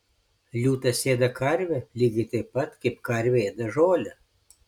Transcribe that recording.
liūtas ėda karvę lygiai taip pat kaip karvė ėda žolę